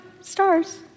stars